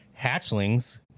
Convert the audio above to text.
Hatchlings